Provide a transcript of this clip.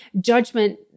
Judgment